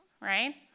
right